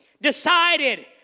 decided